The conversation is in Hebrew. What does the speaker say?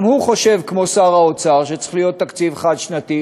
גם הוא חושב כמו שר האוצר שצריך להיות תקציב חד-שנתי,